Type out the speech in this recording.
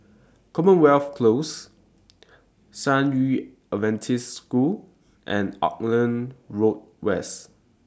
Commonwealth Close San Yu Adventist School and Auckland Road West